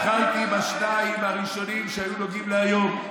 התחלתי עם השניים הראשונים שהיו נוגעים להיום,